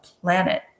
planet